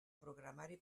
programari